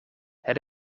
het